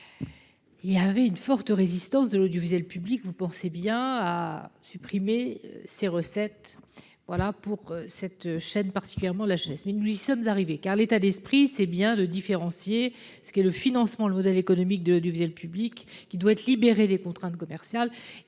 Il y avait une forte résistance de l'audiovisuel public. Vous pensez bien à supprimer ses recettes. Voilà pour cette chaîne particulièrement la jeunesse mais nous lui sommes arrivés car l'état d'esprit. C'est bien de différencier ce qui est le financement. Le modèle économique de diviser le public qui doit être libérée des contraintes commerciales